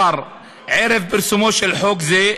ערב פרסומו של חוק זה,